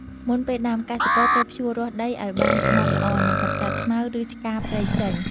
មុនពេលដាំ កសិករត្រូវភ្ជួររាស់ដីឱ្យបានម៉ត់ល្អ និងកម្ចាត់ស្មៅ ឬឆ្កាព្រៃចេញ។